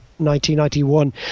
1991